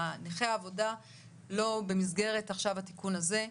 נכי העבודה לא במסגרת עכשיו התיקון הזה,